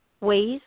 ways